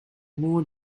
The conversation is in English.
more